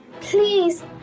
Please